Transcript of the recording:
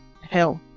health